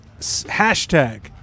Hashtag